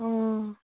অঁ